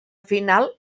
final